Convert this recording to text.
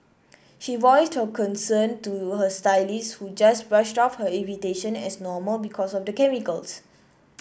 she voiced her concern to her stylist who just brushed off her irritation as normal because of the chemicals